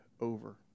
over